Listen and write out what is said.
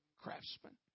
craftsman